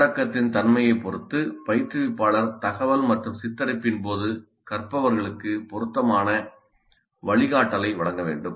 உள்ளடக்கத்தின் தன்மையைப் பொறுத்து பயிற்றுவிப்பாளர் தகவல் மற்றும் சித்தரிப்பின் போது கற்பவர்களுக்கு பொருத்தமான வழிகாட்டலை வழங்க வேண்டும்